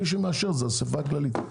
מי שמאשר זה האספה הכללית,